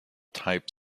type